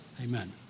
Amen